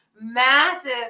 massive